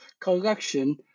collection